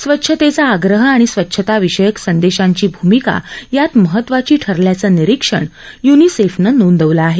स्वच्छतेचा आग्रह आणि स्वच्छता विषयक संदेशांची भूमिका यात महत्वाची ठरल्याचं निरीक्षण य्निसेफनं नोंदवलं आहे